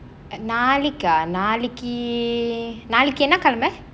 நாளைக்க நாளைக்கீ நாளைக்கு என்ன கிழமை:naalaikka nalaikku enna kilamai